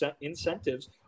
incentives